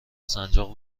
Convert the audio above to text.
سنجاق